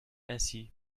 ainsi